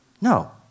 No